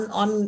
on